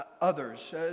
others